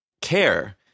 Care